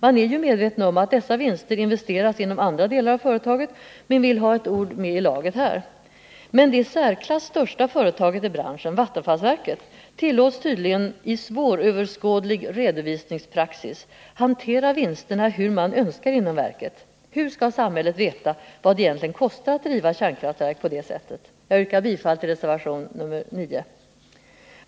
Man är ju medveten om att dessa vinster investeras inom andra delar av företaget, men vill ha ett ord med i laget här. Men det i särklass största företaget i branschen, vattenfallsverket, tillåts tydligen i svåröverskådlig redovisningspraxis hantera vinsterna som det önskar. Hur skall samhället på det sättet veta vad det egentligen kostar att driva kärnkraftverk? Jag yrkar bifall till reservation 9.